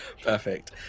Perfect